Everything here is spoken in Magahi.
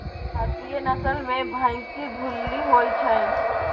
भारतीय नसल में भइशी भूल्ली होइ छइ